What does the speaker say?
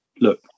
look